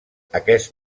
aquest